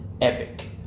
epic